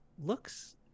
looks